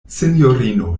sinjorino